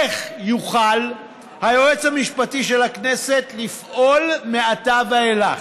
איך יוכל היועץ המשפטי של הכנסת לפעול מעתה ואילך?